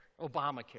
Obamacare